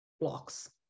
blocks